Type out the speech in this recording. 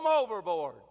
overboard